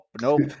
nope